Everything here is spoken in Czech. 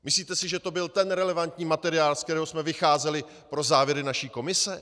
Myslíte si, že to byl ten relevantní materiál, z kterého jsme vycházeli pro závěry naší komise?